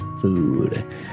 food